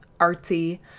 Artsy